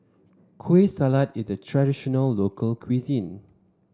Kueh Salat is a traditional local cuisine